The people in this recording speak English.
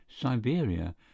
Siberia